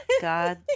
God